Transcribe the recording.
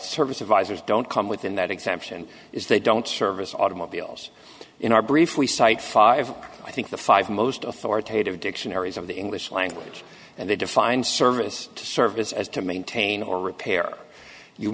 service advisors don't come within that exemption is they don't serve us automobiles in our brief we cite five i think the five most authoritative dictionaries of the english language and they define service to service as to maintain or repair you